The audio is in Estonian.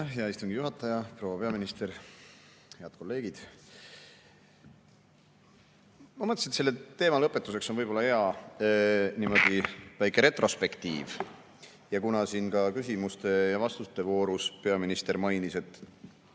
hea istungi juhataja! Proua peaminister! Head kolleegid! Ma mõtlesin, et selle teema lõpetuseks on võib-olla hea esitada väike retrospektiiv. Kuna siin ka küsimuste ja vastuste voorus peaminister mainis, et